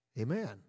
Amen